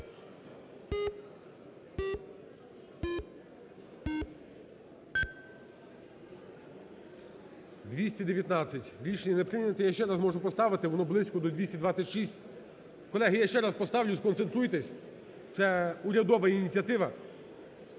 За-219 Рішення не прийнято. Я ще раз можу поставити. Воно близько до 226. Колеги, я ще раз поставлю. Сконцентруйтесь. Це урядова ініціатива.